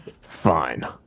Fine